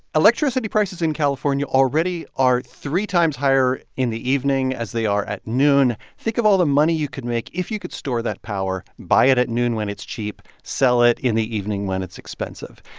electricity prices in california already are three times higher in the evening as they are at noon. think of all the money you could make if you could store that power, buy it at noon when it's cheap, sell it in the evening when it's expensive.